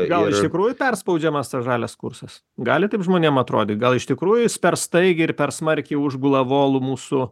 gal iš tikrųjų perspaudžiamas tas žalias kursas gali taip žmonėm atrodyt gal iš tikrųjų jis per staigiai ir per smarkiai užgula volu mūsų